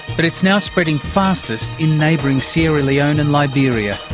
but it's now spreading fastest in neighbouring sierra leone and liberia.